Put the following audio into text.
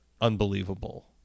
unbelievable